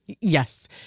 yes